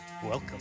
Welcome